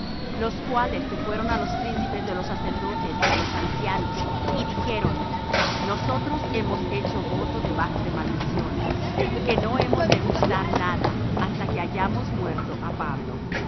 los cuales se fueron á los príncipes de los sacerdotes y á los ancianos y dijeron nosotros hemos hecho voto debajo de maldición que no hemos de gustar nada hasta que hayamos muerto á pablo